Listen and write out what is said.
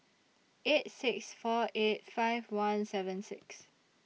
eight six four eight five one seven six